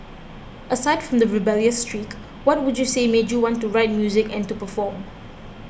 aside from the rebellious streak what would you say made you want to write music and to perform